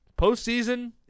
postseason